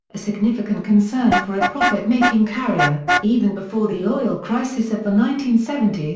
a significant concern for a profit-making carrier, even before the oil crisis of the nineteen seventy s,